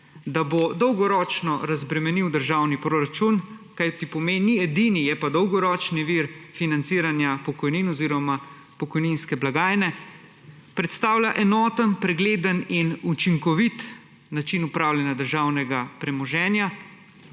Dolgoročno bo razbremenil državni proračun, kajti ni edini je pa dolgoročni vir financiranja pokojnin oziroma pokojninske blagajne. Predstavlja enoten, pregleden in učinkovit način upravljanja državnega premoženja